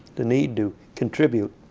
the need to contribute,